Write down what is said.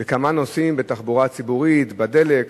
התבשרנו בכמה נושאים: בתחבורה הציבורית, בדלק,